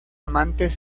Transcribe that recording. amantes